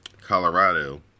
Colorado